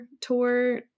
tour